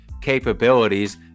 capabilities